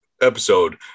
episode